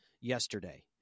yesterday